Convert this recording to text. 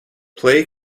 play